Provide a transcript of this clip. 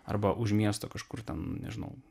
arba už miesto kažkur ten nežinau